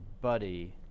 Buddy